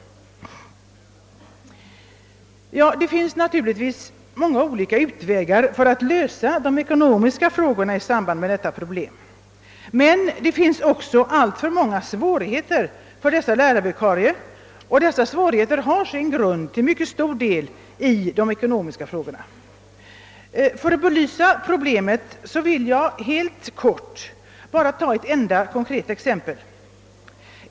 Det finns naturligtvis många olika utvägar för att lösa de ekonomiska problemen i samband med denna fråga, men det finns också alltför många svårigheter för dessa lärarvikarier, och dessa svårigheter har till mycket stor del sin grund just i de ekonomiska spörsmålen. För att belysa problemet vill jag helt kort bara ta ett enda konkret exempel.